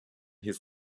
his